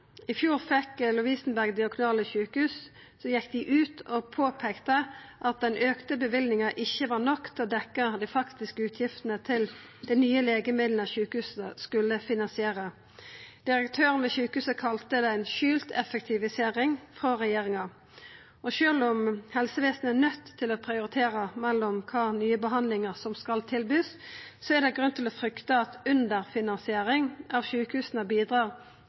I fjor gjekk Lovisenberg Diakonale Sykehus ut og påpeikte at den auka løyvinga ikkje var nok til å dekkja dei faktiske utgiftene til dei nye legemidla sjukehusa skulle finansiera. Direktøren ved sjukehuset kalla det ei skjult effektivisering frå regjeringa, og sjølv om helsevesenet er nøydd til å prioritera kva nye behandlingar dei skal tilby, er det grunn til å frykta at underfinansiering av sjukehusa bidrar